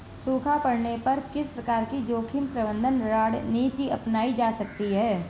सूखा पड़ने पर किस प्रकार की जोखिम प्रबंधन रणनीति अपनाई जा सकती है?